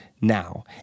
Now